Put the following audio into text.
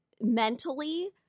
mentally